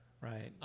Right